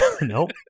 Nope